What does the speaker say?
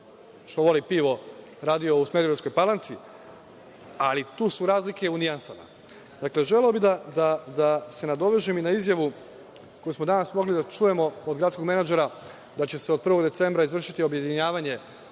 što voli pivo radio u Smederevskoj Palanci, ali tu su razlike u nijansama. Dakle, želeo bih da se nadovežem i na izjavu, koju smo danas mogli da čujemo od gradskog menadžera, da će se od 1. decembra izvršiti objedinjavanje